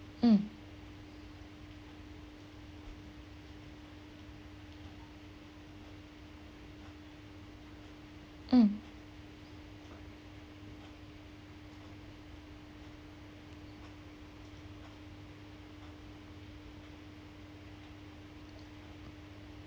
mm mm